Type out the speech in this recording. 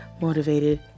motivated